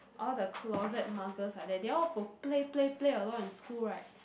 all the closet muggers are there they all will play play play a lot in school right